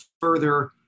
further